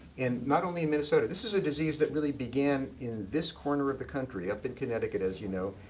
and not only in minnesota. this is a disease that really began in this corner of the country, up in connecticut as you know,